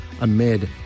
amid